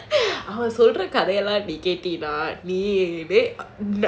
அவ சொல்ற கதை யெல்லாம் நீ கேட்டினா நீயே:ava solra kathaiyaellaam nee ketteenaa neeyae